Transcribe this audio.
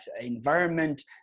environment